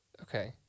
Okay